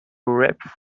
rap